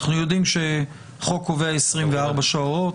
אנחנו יודעים שהחוק קובע 24 שעות,